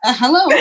hello